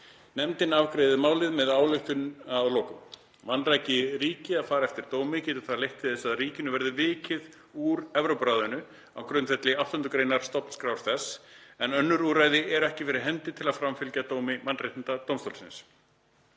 Nefndin afgreiðir málið með ályktun að lokum. Vanræki ríki að fara eftir dómi getur það leitt til þess að ríkinu verði vikið úr Evrópuráðinu á grundvelli 8. gr. stofnskrár þess, en önnur úrræði eru ekki fyrir hendi til að framfylgja dómi mannréttindadómstólsins.